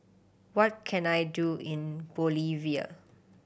what can I do in Bolivia